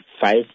five